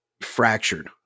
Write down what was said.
fractured